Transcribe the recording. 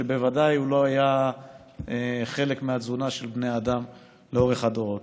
שבוודאי לא היה חלק מהתזונה של בני האדם לאורך הדורות.